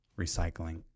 recycling